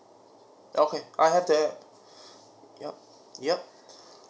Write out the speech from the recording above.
okay I have that yup yup